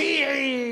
שיעי,